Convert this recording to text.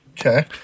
Okay